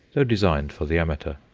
though designed for the amateur.